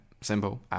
Simple